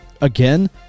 again